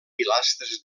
pilastres